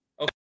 Okay